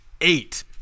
Eight